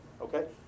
Okay